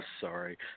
sorry